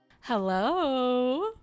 Hello